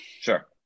Sure